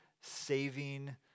saving